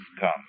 come